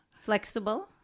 Flexible